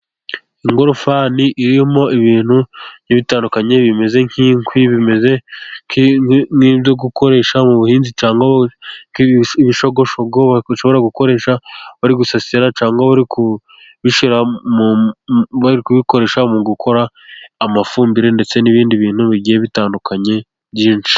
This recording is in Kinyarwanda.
Ingofani irimo ibintu' ibitandukanye bimeze nk'inkwi, bimeze nk' ibyo gukoresha mu buhinzi, cyangwa mubishogoshogo, bashobora gukoresha bari gusasira, cyangwa uri kubikoresha mu gukora amafumbire, ndetse n'ibindi bintu bigiye bitandukanye byinshi.